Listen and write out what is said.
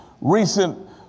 recent